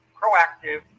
proactive